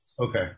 Okay